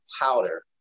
powder